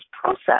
process